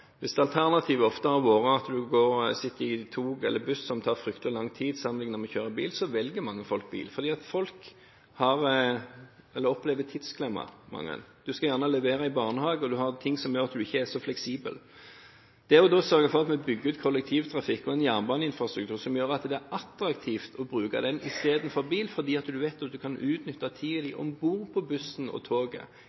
Hvis alternativet ofte har vært å sitte i et tog eller en buss som tar fryktelig lang tid sammenlignet med å kjøre bil, velger mange bil, og det er fordi folk opplever tidsklemma mange ganger. Man skal gjerne levere i barnehage og gjøre ting som gjør at man ikke er så fleksibel. Det er da vi må sørge for å bygge ut kollektivtrafikktilbudet og en jernbaneinfrastruktur som gjør at det er attraktivt å bruke det i stedet for bil, fordi man vet at man kan utnytte tiden sin om bord på bussen og toget i